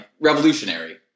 revolutionary